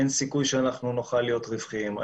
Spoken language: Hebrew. אין סיכוי שנוכל להיות רווחיים.